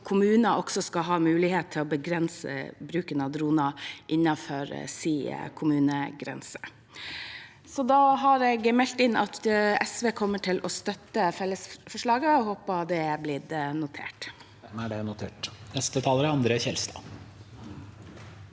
kommuner skal ha mulighet til å begrense bruken av droner innenfor sine kommunegrenser. Da har jeg meldt inn at SV kommer til å støtte fellesforslaget, og jeg håper det er blitt notert.